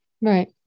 right